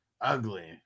Ugly